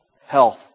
health